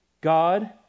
God